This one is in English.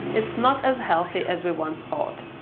it's not as healthy as we once thought.